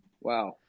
Wow